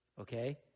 Okay